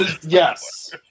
yes